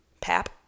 Pap